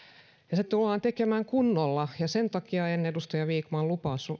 ja se tullaan tekemään kunnolla sen takia en edustaja vikman lupaa